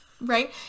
Right